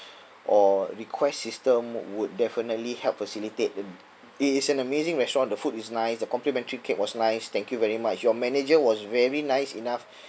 or request system would definitely help facilitate um it is an amazing restaurant the food is nice the complimentary cake was nice thank you very much your manager was very nice enough